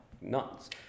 nuts